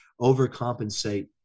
overcompensate